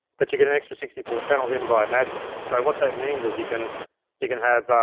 but you get an extra sixty four channels in via madi. so what that means is you can you can have